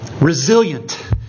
resilient